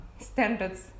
standards